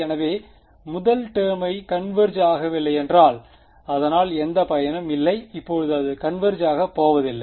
எனவே முதல் டெர்மே கன்வெர்ஜ் ஆகவில்லையென்றால் அதனால் எந்தப் பயனும் இல்லை இப்போது அது கன்வெர்ஜ் ஆகப்போவதில்லை